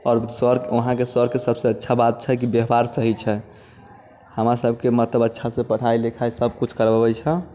आओर सर वहाँके सरके सबसे अच्छा बात छै जे व्यवहार सही छै हमरा सबके मतलब अच्छा से पढ़ाइ लिखाइ सब किछु करबबैत छथि